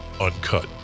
uncut